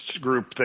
group